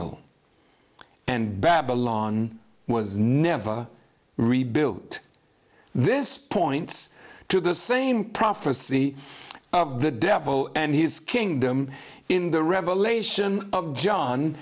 final and babylon was never rebuilt this points to the same prophecy of the devil and his kingdom in the revelation of john